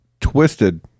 twisted